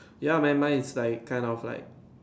ya man mine is like like kind of like